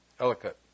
Ellicott